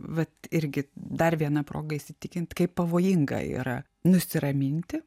vat irgi dar viena proga įsitikint kaip pavojinga yra nusiraminti